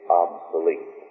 obsolete